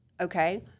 okay